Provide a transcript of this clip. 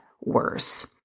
worse